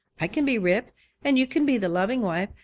i can be rip and you can be the loving wife,